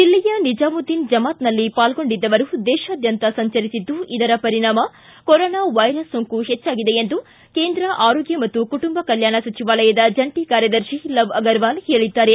ದಿಲ್ಲಿಯ ನಿಜಾಮುದ್ದಿನ ಜಮಾತ್ನಲ್ಲಿ ಪಾಲ್ಗೊಂಡಿದ್ದವರು ದೇತಾದ್ಯಂತ ಸಂಚರಿಸಿದ್ದು ಇದರ ಪರಿಣಾಮ ಕೊರೊನಾ ವೈರಸ್ ಸೋಂಕು ಹೆಚ್ಚಾಗಿದೆ ಎಂದು ಕೇಂದ್ರ ಆರೋಗ್ಯ ಮತ್ತು ಕುಟುಂಬ ಕಲ್ಕಾಣ ಸಚಿವಾಲಯದ ಜಂಟಿ ಕಾರ್ಯದರ್ತಿ ಲವ್ ಅಗರ್ವಾಲ್ ಹೇಳಿದ್ದಾರೆ